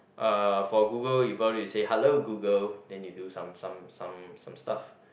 uh for Google you probably have to say hello Google then you do some some some some stuff